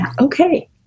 okay